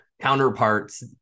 counterparts